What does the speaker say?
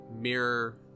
mirror